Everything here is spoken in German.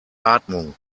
atmung